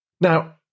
Now